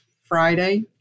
Friday